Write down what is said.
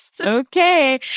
okay